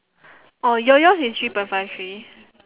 orh your yours is three point five three